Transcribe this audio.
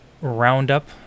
roundup